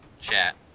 chat